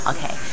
Okay